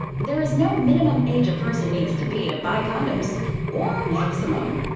there is no minimum age a person needs to be to buy condoms or maximum.